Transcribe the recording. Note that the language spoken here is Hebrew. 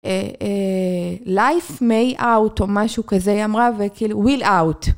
Life may out או משהו כזה היא אמרה, וכאילו.. will out